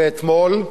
ואתמול,